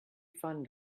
fun